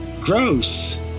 Gross